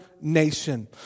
nation